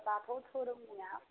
आमफ्राय बाथौ दोरोमनिया